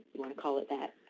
want to call it that.